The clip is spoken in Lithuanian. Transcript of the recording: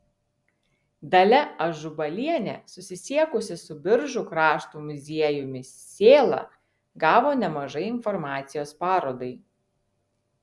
dalia ažubalienė susisiekusi su biržų krašto muziejumi sėla gavo nemažai informacijos parodai